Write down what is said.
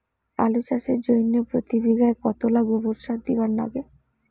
আলু চাষের জইন্যে প্রতি বিঘায় কতোলা গোবর সার দিবার লাগে?